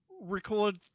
record